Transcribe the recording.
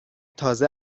تازه